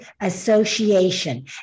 Association